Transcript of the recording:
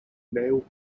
nail